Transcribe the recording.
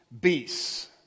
beasts